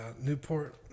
Newport